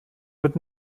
wird